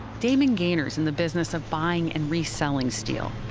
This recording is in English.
damon gaynor is in the business of buying and reselling steel.